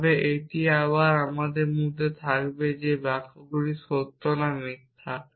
তবে এটি আবার আমাদের মধ্যে থাকবে যে বাক্যগুলি সত্য না মিথ্যা